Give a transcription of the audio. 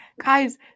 guys